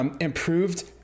improved